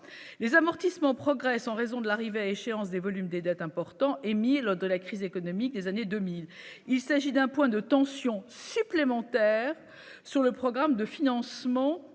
les amortissements progresse en raison de l'arrivée à échéance des volumes des dettes importants émis lors de la crise économique des années 2000, il s'agit d'un point de tension supplémentaire sur le programme de financement